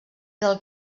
del